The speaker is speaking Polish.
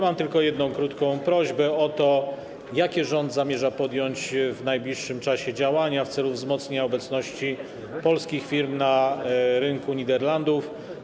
Mam tylko jedną krótką prośbę, pytanie o to, jakie rząd zamierza podjąć w najbliższym czasie działania w celu wzmocnienia obecności polskich firm na rynku Niderlandów.